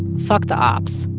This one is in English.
fuck the opps,